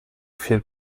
viel